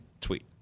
tweet